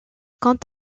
quant